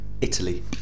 Italy